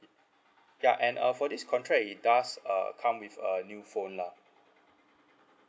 ya and uh for this contract it does uh come with a new phone lah